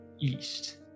east